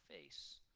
face